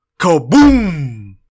Kaboom